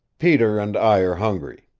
peter and, i are hungry.